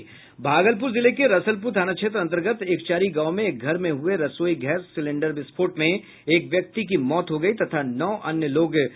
भागलपुर जिले के रसलपुर थाना क्षेत्र अंतर्गत एकचारी गांव में एक घर में हुए रसोई गैस सिलेंडर विस्फोट में एक व्यक्ति की मौत हो गयी तथा नौ अन्य लोग घायल हो गये